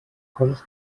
coses